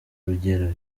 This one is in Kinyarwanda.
urugero